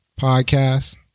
podcast